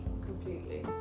Completely